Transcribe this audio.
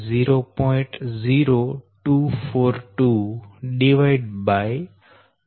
0242log Deq DsµFkm હશે